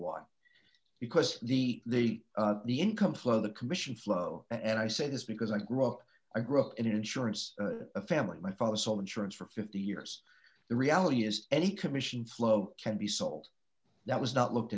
why because the the the income flow the commission flow and i say this because i grew up i grew up in insurance a family my father sold insurance for fifty years the reality is any commission float can be sold that was not looked